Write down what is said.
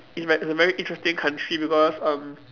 is ve~ is a very interesting country because um